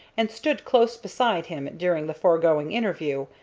and stood close beside him during the foregoing interview,